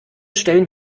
stellen